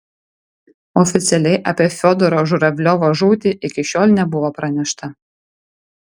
oficialiai apie fiodoro žuravliovo žūtį iki šiol nebuvo pranešta